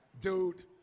dude